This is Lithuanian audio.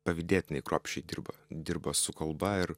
pavydėtinai kruopščiai dirba dirba su kalba ir